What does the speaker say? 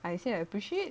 I said I appreciate